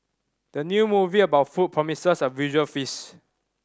the new movie about food promises a visual feast